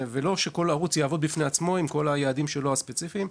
ולא שכל ערוץ יעבוד בפני עצמו עם כל היעדים הספציפיים שלו.